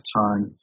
time